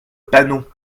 panot